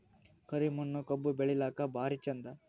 ಕರಿ ಮಣ್ಣು ಕಬ್ಬು ಬೆಳಿಲ್ಲಾಕ ಭಾರಿ ಚಂದ?